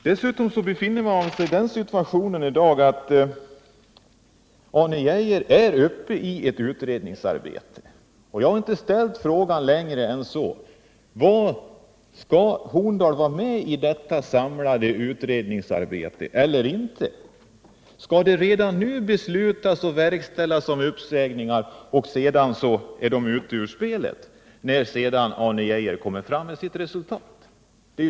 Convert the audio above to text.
Dessutom föreligger i dag den situationen att Arne Geijer befinner sig mitt uppe i ett utredningsarbete, och min fråga syftar inte längre än så: Skall Horndal vara med i detta samlade utredningsarbete eller inte? Skall redan nu uppsägningar beslutas och verkställas, så att de anställda är ute ur spelet när sedan Arne Geijer lägger fram sitt resultat?